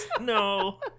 No